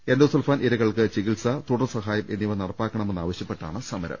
endo സൾഫാൻ ഇരകൾക്ക് ചികിത്സ തുടർസഹായം എന്നിവ നടപ്പാക്കണമെ ന്നാവശ്യപ്പെട്ടാണ് സമരം